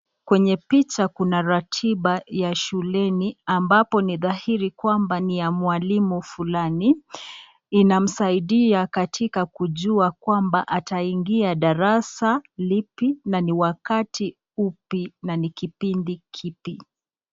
Kwenye picha Kuna ratiba ya shuleni ya ambapo ni dhahiri kwamba ni ya mwalimu fulani inamsaidia katika kujua ataingia darasa wakati lili na ni wakati upi na ni kipindi ipi